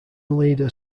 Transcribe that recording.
leader